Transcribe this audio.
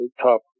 top